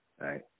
right